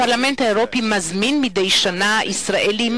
הפרלמנט האירופי מזמין מדי שנה צעירים ישראלים,